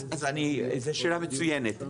אז זו שאלה מצוינת.